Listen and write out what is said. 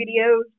videos